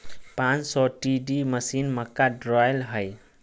पांच सौ TD machine, मक्का ड्रायर हइ